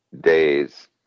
days